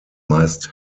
meist